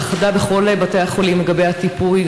האחדה בכל בתי החולים לגבי הטיפול,